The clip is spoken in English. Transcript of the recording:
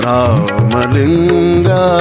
Ramalinga